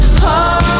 heart